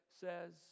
says